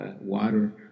water